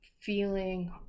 feeling